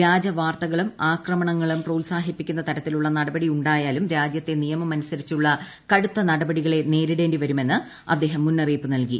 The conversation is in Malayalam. വ്യാജ വാർത്തകളും ആക്രമണങ്ങളും പ്രോത്സാഹിപ്പിക്കുന്നതരത്തിലുള്ള നടപടി ഉണ്ടായാലും രാജ്യത്തെ നിയമമനുസരിച്ചുള്ള കടുത്ത നടപടികളെ നേരിടേണ്ടി വരുമെന്ന് അദ്ദേഹം മുന്നറിയിപ്പ് നൽകി